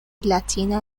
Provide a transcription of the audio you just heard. latina